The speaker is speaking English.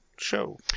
show